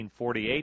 1948